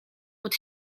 pod